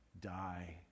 die